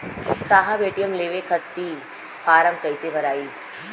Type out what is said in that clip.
साहब ए.टी.एम लेवे खतीं फॉर्म कइसे भराई?